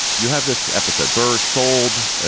you have this episode burse sold.